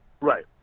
Right